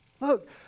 Look